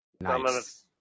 Nice